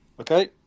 okay